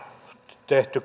tehty